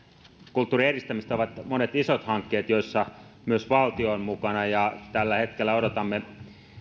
kulttuurin edistämistä ovat monet isot hankkeet joissa myös valtio on mukana ja tällä hetkellä odotamme